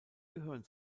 gehören